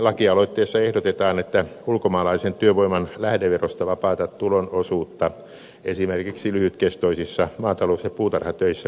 lakialoitteessa ehdotetaan että ulkomaalaisen työvoiman lähdeverosta vapaata tulon osuutta esimerkiksi lyhytkestoisissa maatalous ja puutarhatöissä korotettaisiin